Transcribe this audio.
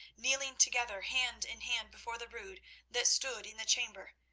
kneeling together hand in hand before the rood that stood in the chamber,